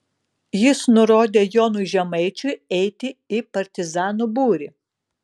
jis nurodė jonui žemaičiui eiti į partizanų būrį